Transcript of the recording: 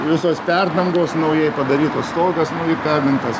visos perdangos naujai padarytos stogas naujai perdengtas